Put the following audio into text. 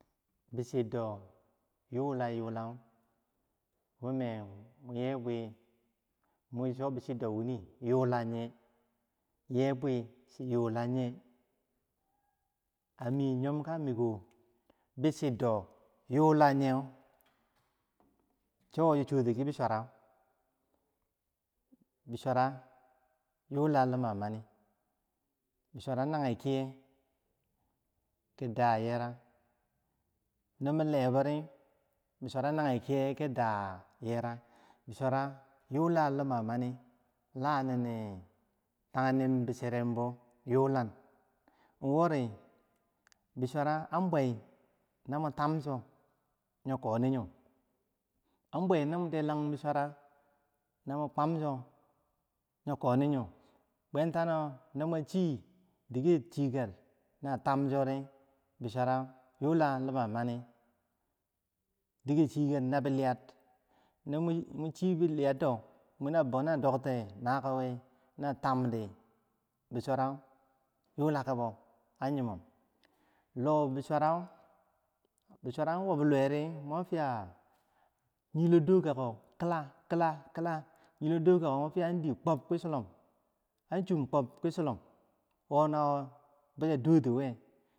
Bichindo, yulayula mun me muki ye mwiye, non so bi chido wini yulanye, ye bwe chi yulanye? A mi njom ymom ka miko bi chindo yulanye, so wo si choti kibi bisura bisura yula nima mani bisura nang kiye ki da yerak, no min lebori bisura nage kiye ki da yera bisura yula nima mani lanini tagnim bichirenbo yulan wori bisura an bwai na mun tam so yo koni yo an bwai namun delang bisura namun kwam so yo koni yo bwen tano mwa chidiker chika na tam chori bisura yula nima mani diker chikar nabi liyad no mun chi biliyaddo muki bona dok ti nako wiri, na tam di bisura yulakabo an yimom loh bisura bisura an wob luwe ri mwan fiya nur dokako kila kila kila nur dokako mwa fiya an dim kwab ki silom an sum kwab ki silom wo na bosa dotiwiye.